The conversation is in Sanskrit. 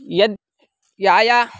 यत् या या